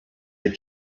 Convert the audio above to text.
had